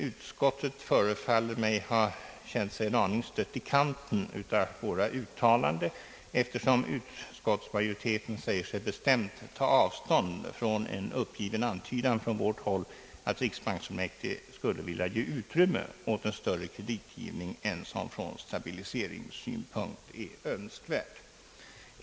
Utskottet förefaller mig ha känt sig en aning stött i kanten av våra uttalanden, eftersom utskottsmajoriteten säger sig bestämt ta avstånd från en uppgiven antydan från vårt håll att riksbanksfullmäktige skulle vilja ge utrymme åt en större kreditgivning än som från stabiliseringssynpunkt är önskvärt.